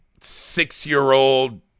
six-year-old